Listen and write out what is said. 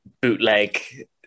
bootleg